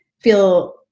feel